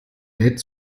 lädt